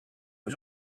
was